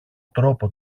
τρόπο